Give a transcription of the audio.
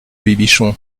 bibichon